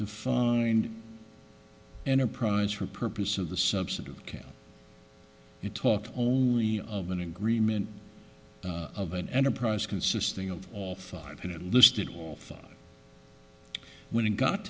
defined enterprise for purposes of the substantive can you talk only of an agreement of an enterprise consisting of all five minute listed phone when it got